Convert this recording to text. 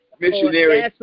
Missionary